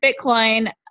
Bitcoin